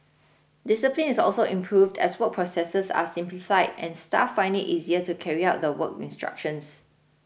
discipline is also improved as work processes are simplified and staff find it easier to carry out the work instructions